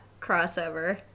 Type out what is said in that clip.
crossover